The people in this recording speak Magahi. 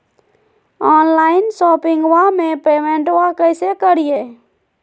ऑनलाइन शोपिंगबा में पेमेंटबा कैसे करिए?